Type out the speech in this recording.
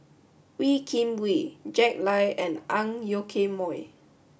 Wee Kim Wee Jack Lai and Ang Yoke Mooi